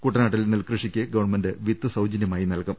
കുട്ടനാട്ടിൽ നെൽകൃഷിക്ക് ഗവൺമെന്റ് വിത്ത് സൌജന്യമായി നൽകും